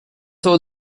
throw